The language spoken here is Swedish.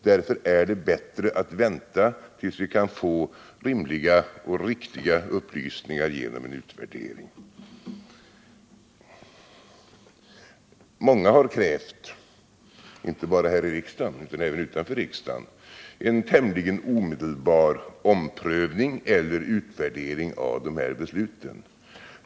Därför är det bättre att vänta tills vi kan få rimliga och riktiga upplysningar genom en utvärdering. Många har krävt — inte bara här i riksdagen utan även utanför detta hus-en tämligen omedelbar omprövning eller utvärdering av de här besluten.